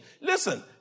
Listen